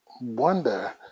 wonder